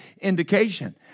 indication